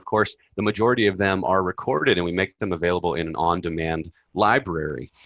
course, the majority of them are recorded and we make them available in an on-demand library.